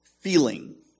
feeling